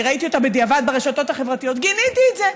אני ראיתי אותה בדיעבד ברשתות החברתיות גיניתי את זה.